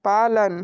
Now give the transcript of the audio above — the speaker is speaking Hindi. पालन